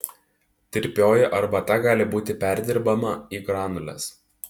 tirpioji arbata gali būti perdirbama į granules